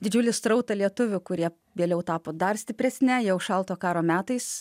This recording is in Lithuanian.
didžiulį srautą lietuvių kurie vėliau tapo dar stipresne jau šalto karo metais